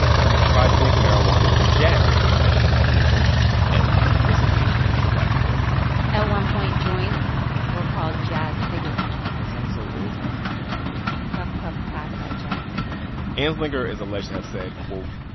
and he tried to link marijuana to jazz in and the public imagination and implicitly to black people at one point, joints were called jazz cigarettes that sounds so old-timey, jazz cigarettes like puff, puff, pass that jazz cigarette anslinger is alleged to have said, quote,